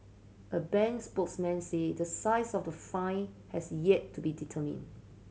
a bank spokesman said the size of the fine has yet to be determined